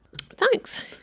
thanks